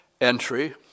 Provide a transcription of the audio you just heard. entry